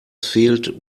fehlt